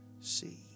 see